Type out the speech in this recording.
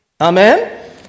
amen